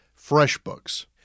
FreshBooks